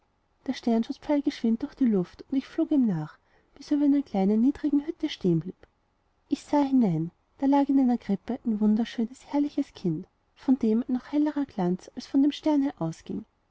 der stern schoß pfeilgeschwind durch die luft und ich flog ihm nach bis er über einer kleinen niedern hütte stehenblieb ich sah hinein da lag in einer krippe ein wunderschönes herrliches kind von dem ein noch hellerer glanz als von dem sterne ausging